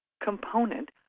component